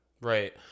Right